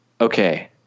Okay